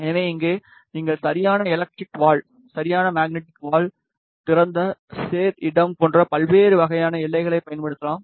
எனவே இங்கே நீங்கள் சரியான எலக்ரிக் வால் சரியான மேக்னேடிக் வால் திறந்த சேர் இடம் போன்ற பல்வேறு வகையான எல்லைகளை பயன்படுத்தலாம்